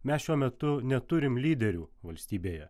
mes šiuo metu neturim lyderių valstybėje